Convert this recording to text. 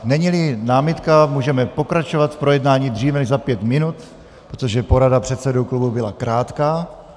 Neníli námitka, můžeme pokračovat v projednání dříve než za pět minut, protože porada předsedů klubů byla krátká.